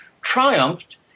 triumphed